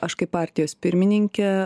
aš kaip partijos pirmininkė